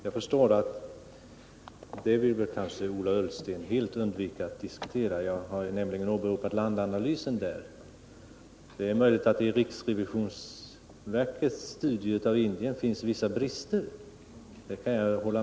Jag förstår dock att Ola Ullsten kanske vill undvika det. Jag har nämligen åberopat landanalysen där. Det är möjligt att det i riksrevisionsverkets studier av Indien finns vissa brister.